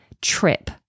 trip